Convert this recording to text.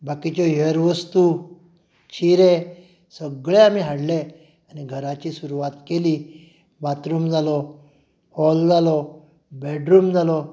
बाकीच्यो हेर वस्तू चिरे सगळें आमी हाडलें घराची सुरवात केली बाथरूम जालो हॉल जालो बेडरूम जालो